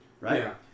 right